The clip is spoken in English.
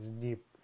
deep